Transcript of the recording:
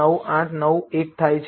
9891 થાય છે